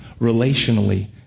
relationally